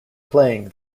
playing